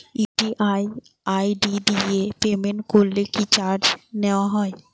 UPI ID দিয়ে payment করলে কি চার্জ নেয়া হয়?